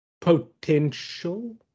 potential